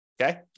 okay